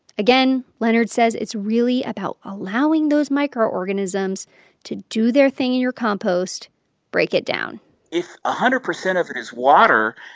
again, leonard says it's really about allowing those microorganisms to do their thing in your compost break it down if a hundred percent of it is water,